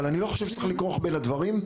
אבל אני לא חושב שצריך לכרוך בין הדברים.